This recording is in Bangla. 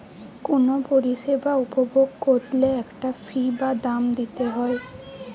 কুনো পরিষেবা উপভোগ কোরলে একটা ফী বা দাম দিতে হই